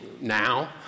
now